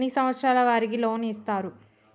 ఎన్ని సంవత్సరాల వారికి లోన్ ఇస్తరు?